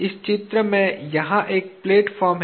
इस चित्र में यहाँ एक प्लेटफार्म है